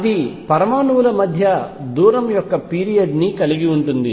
అది పరమాణువుల మధ్య దూరం యొక్క పీరియడ్ ని కలిగి ఉంటుంది